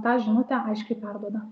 tą žinutę aiškiai perduoda